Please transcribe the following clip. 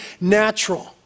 natural